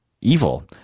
evil